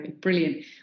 Brilliant